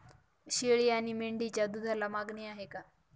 शेळी आणि मेंढीच्या दूधाला मागणी आहे का?